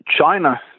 china